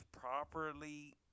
properly